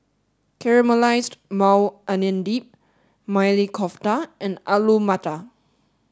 Caramelized Maui Onion Dip Maili Kofta and Alu Matar